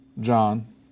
John